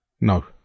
No